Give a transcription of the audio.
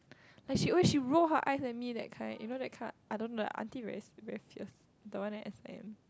like she always she roll her eyes at me that kind you know that kind I don't know the auntie very fierce the one at S_I_M